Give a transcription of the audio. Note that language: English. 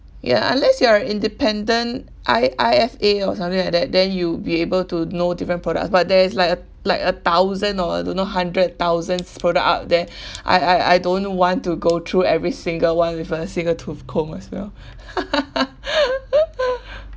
ya unless you are independent I~ I_F_A or something like that then you be able to know different products but there is like a like a thousand or I don't know hundred thousands product out there I I I don't want to go through every single one with a single tooth comb as well